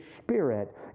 Spirit